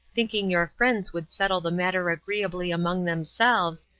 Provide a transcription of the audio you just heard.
thinking your friends would settle the matter agreeably among themselves,